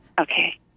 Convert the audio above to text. Okay